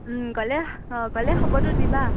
ওম গ'লে অ গ'লে খবৰটো দিবা